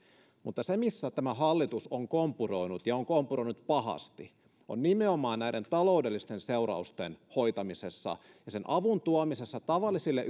mutta se missä tämä hallitus on kompuroinut ja on kompuroinut pahasti on nimenomaan näiden taloudellisten seurausten hoitamisessa ja sen avun tuomisessa tavallisille